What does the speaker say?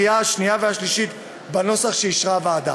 בקריאה שנייה ושלישית, בנוסח שאישרה הוועדה.